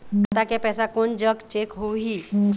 खाता के पैसा कोन जग चेक होही?